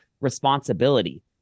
responsibility